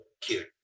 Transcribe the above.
cute